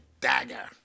dagger